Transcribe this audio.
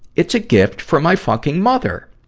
it's a gift for my fucking mother!